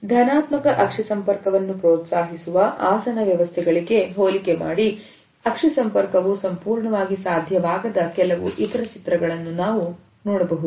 ಧನಾತ್ಮಕ ಅಕ್ಷಿ ಸಂಪರ್ಕವನ್ನು ಪ್ರೋತ್ಸಾಹಿಸುವ ಆಸನ ವ್ಯವಸ್ಥೆಗಳಿಗೆ ಹೋಲಿಕೆ ಮಾಡಿ ಅಕ್ಷಿ ಸಂಪರ್ಕವು ಸಂಪೂರ್ಣವಾಗಿ ಸಾಧ್ಯವಾಗದ ಕೆಲವು ಇತರ ಚಿತ್ರಗಳನ್ನು ಸಹ ನಾವು ನೋಡಬಹುದು